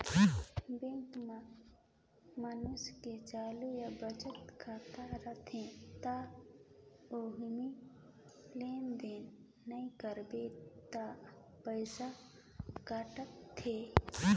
bank में मइनसे के चालू या बचत खाता रथे त ओम्हे लेन देन नइ करबे त पइसा कटथे